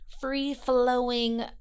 free-flowing